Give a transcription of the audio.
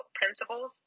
principles